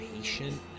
patient